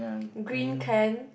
green can